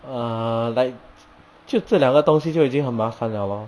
err like 就这两个东西就已经很麻烦了咯